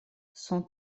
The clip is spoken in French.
son